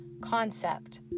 concept